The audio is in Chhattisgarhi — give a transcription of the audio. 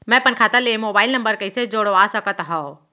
मैं अपन खाता ले मोबाइल नम्बर कइसे जोड़वा सकत हव?